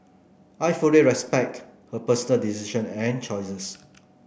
I fully respect her personal decision and choices